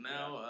Now